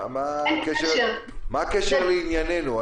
מה הקשר לענייננו?